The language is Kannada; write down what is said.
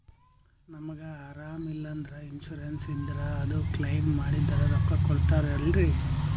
ನಮಗ ಅರಾಮ ಇಲ್ಲಂದ್ರ ಇನ್ಸೂರೆನ್ಸ್ ಇದ್ರ ಅದು ಕ್ಲೈಮ ಮಾಡಿದ್ರ ರೊಕ್ಕ ಕೊಡ್ತಾರಲ್ರಿ?